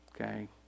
Okay